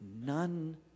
none